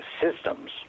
systems